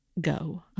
go